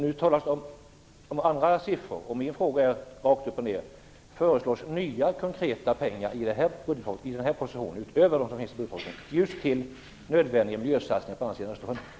Nu talas det om andra siffror, och min fråga är rakt upp och ner: Föreslås nya konkreta pengar i den proposition som kommer nu, utöver dem som finns i budgetpropositionen, just till nödvändiga miljösatsningar på andra sidan Östersjön?